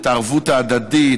את הערבות ההדדית,